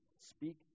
speak